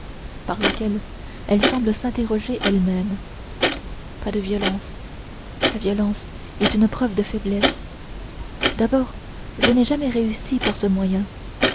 par lequel elle semble s'interroger elle-même pas de violence la violence est une preuve de faiblesse d'abord je n'ai jamais réussi par ce moyen